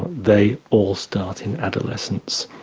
they all start in adolescence.